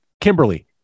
Kimberly